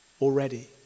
already